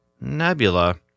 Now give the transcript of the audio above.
nebula